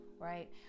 right